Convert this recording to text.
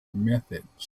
methods